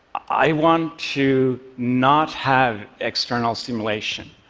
i want to not have external stimulation.